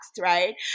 right